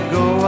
go